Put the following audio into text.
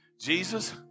Jesus